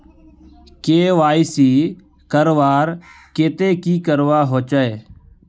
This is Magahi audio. के.वाई.सी करवार केते की करवा होचए?